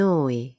Noi